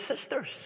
sisters